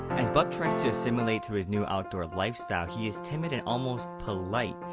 as buck tries to assimilate to his new outdoor lifestyle, he is timid and almost polite,